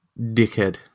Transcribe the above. Dickhead